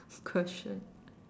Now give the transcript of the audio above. question